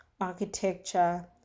architecture